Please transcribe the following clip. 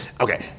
Okay